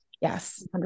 yes